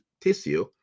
tissue